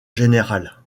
général